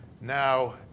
Now